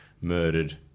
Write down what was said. murdered